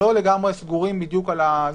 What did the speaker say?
אנחנו לא לגמרי סגורים בדיוק על זה,